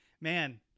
Man